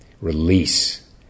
release